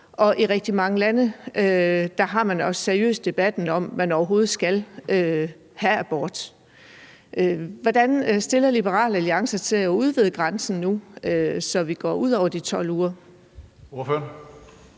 og i rigtig mange lande har man også seriøst debatten om, om man overhovedet skal have mulighed for abort. Hvordan stiller Liberal Alliance sig til at udvide grænsen nu, så vi går ud over de 12 uger?